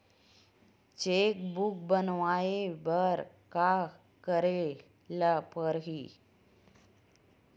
Cheque book बनवाय बर का करे ल पड़हि?